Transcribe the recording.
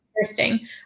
interesting